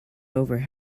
over